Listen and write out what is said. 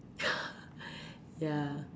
ya